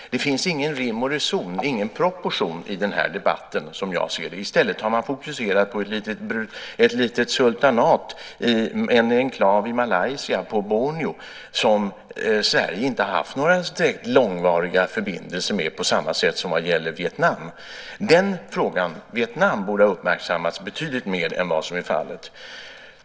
Det finns ingen rim och reson, ingen proportion i den här debatten. I stället har man fokuserat på ett litet sultanat i en enklav i Malaysia på Borneo som Sverige inte har haft några direkt långvariga förbindelser med på samma sätt som med Vietnam. Frågan om Vietnam borde ha uppmärksammats betydligt mer än vad som är fallet.